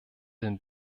den